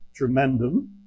Tremendum